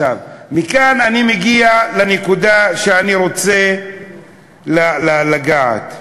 מכאן אני מגיע לנקודה שאני רוצה לגעת בה.